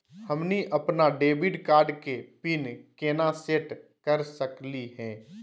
हमनी अपन debit card के पीन केना सेट कर सकली हे?